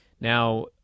Now